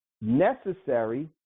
necessary